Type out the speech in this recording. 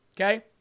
Okay